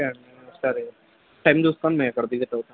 okay సరే time చూసుకుని మేము ఇక్కడ విజిట్ అవుతాము